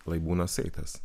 lai būna saitas